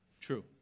True